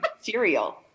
cereal